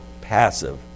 passive